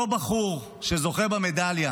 אותו בחור שזוכה במדליה